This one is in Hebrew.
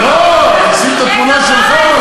לא, אני אשים את התמונה שלך.